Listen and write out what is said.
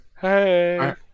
Hey